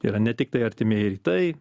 yra ne tiktai artimieji rytai